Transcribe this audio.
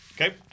Okay